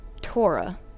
Torah